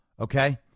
Okay